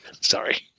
sorry